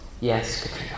Yes